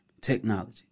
technology